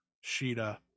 sheeta